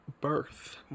Birth